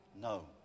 No